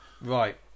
Right